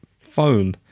phone